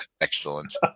Excellent